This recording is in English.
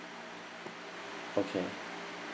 okay